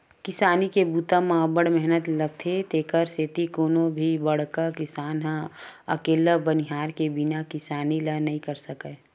किसानी के बूता म अब्ब्ड़ मेहनत लोगथे तेकरे सेती कोनो भी बड़का किसान ह अकेल्ला बनिहार के बिना किसानी ल नइ कर सकय